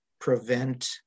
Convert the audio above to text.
prevent